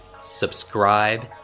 subscribe